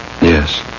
Yes